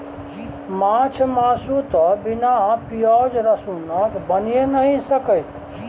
माछ मासु तए बिना पिओज रसुनक बनिए नहि सकैए